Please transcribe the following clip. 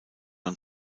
und